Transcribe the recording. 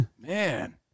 man